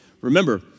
Remember